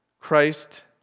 Christ